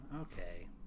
okay